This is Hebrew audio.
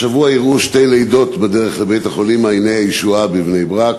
השבוע אירעו שתי לידות בדרך לבית-החולים "מעייני הישועה" בבני-ברק